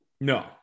No